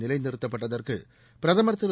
நிலைநிறுத்தப்பட்டதற்கு பிரதமர் திரு